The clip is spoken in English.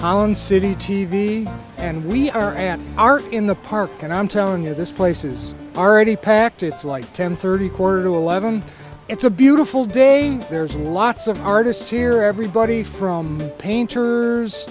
holland city t v and we are and are in the park and i'm telling you this place is already packed it's like ten thirty quarter to eleven it's a beautiful day there's lots of artists here everybody from painters